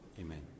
Amen